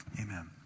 amen